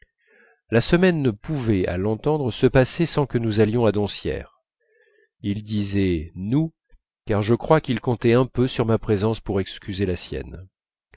la semaine ne pouvait à l'entendre se passer sans que nous allions à doncières il disait nous car je crois qu'il comptait un peu sur ma présence pour excuser la sienne